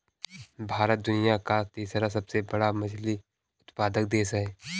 भारत दुनिया का तीसरा सबसे बड़ा मछली उत्पादक देश है